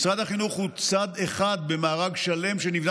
משרד החינוך הוא צד אחד במארג שלם שנבנה